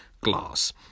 *Glass*